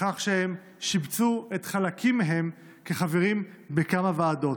בכך שהם שיבצו חלקים מהם כחברים בכמה ועדות.